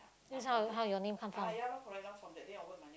this how how your name come from